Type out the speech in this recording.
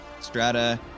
Strata